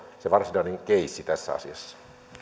se varsinainen keissi tässä asiassa